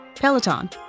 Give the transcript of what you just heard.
Peloton